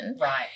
right